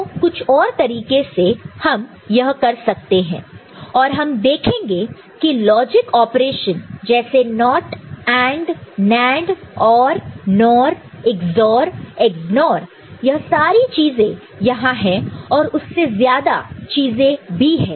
तो कुछ और तरीके से हम यह कर सकते हैं और हम देखेंगे कि लॉजिक ऑपरेशन जैसे NOT AND NAND OR NOR Ex OR Ex NOR यह सारी चीजें यहां है और उससे ज्यादा चीजें भी है